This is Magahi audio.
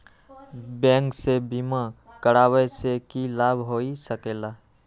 बैंक से बिमा करावे से की लाभ होई सकेला?